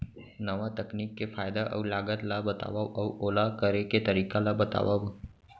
नवा तकनीक के फायदा अऊ लागत ला बतावव अऊ ओला करे के तरीका ला बतावव?